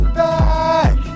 back